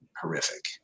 horrific